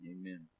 Amen